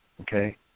Okay